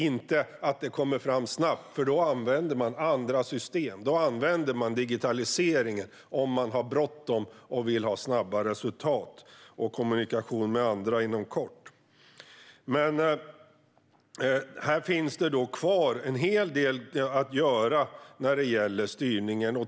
Det viktigaste är inte att de kommer fram snabbt, för har man bråttom och vill ha snabba resultat och kommunikation med andra inom kort använder man digitaliseringen. Här finns som sagt en hel del kvar att göra vad gäller styrningen.